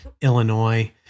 Illinois